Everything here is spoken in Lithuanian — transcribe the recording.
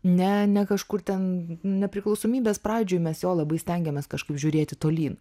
ne ne kažkur ten nepriklausomybės pradžioj mes jo labai stengėmės kažkaip žiūrėti tolyn